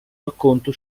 racconto